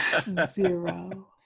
Zero